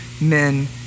men